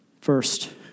First